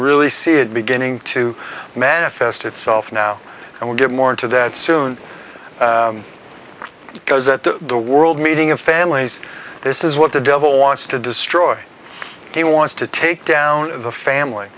really see it beginning to manifest itself now and we'll get more into that soon because that the world meeting of families this is what the devil wants to destroy he wants to take down the family